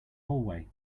hallway